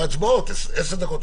והצבעות עשר דקות או 20 דקות.